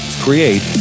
create